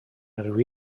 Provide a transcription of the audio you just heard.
ydw